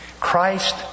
Christ